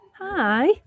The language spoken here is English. Hi